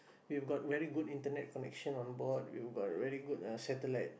you've got very good internet connection on board you got very good uh satellite